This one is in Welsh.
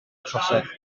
trosedd